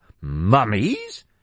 Mummies